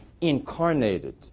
incarnated